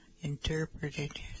interpreted